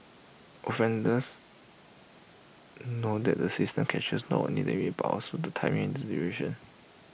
offenders know that the system captures not only the image but also the timing and duration